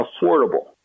affordable